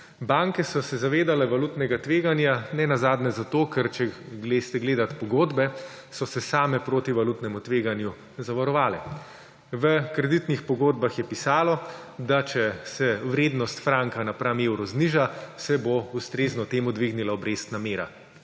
Banke so se zavedale valutnega tveganja, nenazadnje zato, ker če greste gledat pogodbe, so se same proti valutnemu tveganju zavarovale. V kreditnih pogodba je pisalo, da če se vrednost franka napram evru zniža, se bo ustrezno temu dvignila obrestna mera.